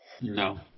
No